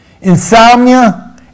insomnia